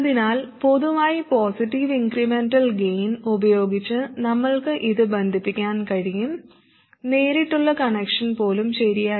അതിനാൽ പൊതുവായി positive incremental gain ഉപയോഗിച്ച് നമ്മൾക്ക് ഇത് ബന്ധിപ്പിക്കാൻ കഴിയും നേരിട്ടുള്ള കണക്ഷൻ പോലും ശരിയായിരുന്നു